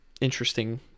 interesting